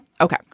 Okay